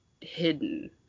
hidden